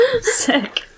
Sick